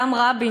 גם רבין,